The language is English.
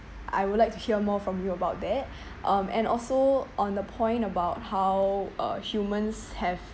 I would like to hear more from you about that um and also on the point about how uh humans have